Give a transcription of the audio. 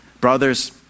Brothers